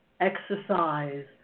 exercise